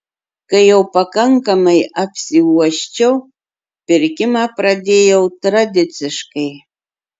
kai jau pakankamai apsiuosčiau pirkimą pradėjau tradiciškai